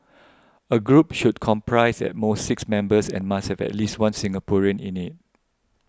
a group should comprise at most six members and must have at least one Singaporean in it